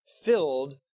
filled